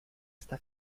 esta